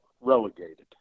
relegated